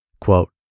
Quote